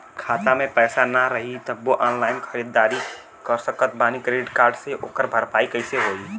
खाता में पैसा ना रही तबों ऑनलाइन ख़रीदारी कर सकत बानी क्रेडिट कार्ड से ओकर भरपाई कइसे होई?